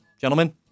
gentlemen